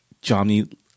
Johnny